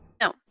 No